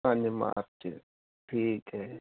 ਪੰਜ ਮਾਰਚ ਠੀਕ ਹੈ